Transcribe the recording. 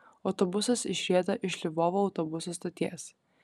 autobusas išrieda iš lvovo autobusų stoties